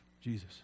Jesus